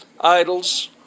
idols